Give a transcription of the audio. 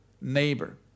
neighbor